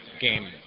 game